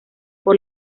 por